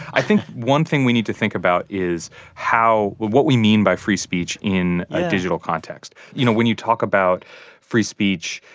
i think one thing we need to think about is how what we mean by free speech in a digital context yeah you know, when you talk about free speech,